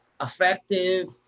effective